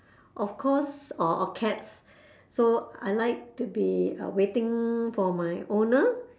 of course or or cat so I like to be waiting for my owner